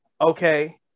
okay